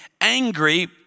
angry